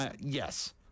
Yes